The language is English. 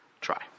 try